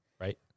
Right